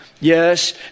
Yes